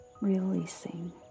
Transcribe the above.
releasing